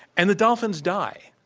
and the dolphins die,